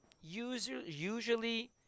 usually